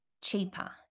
cheaper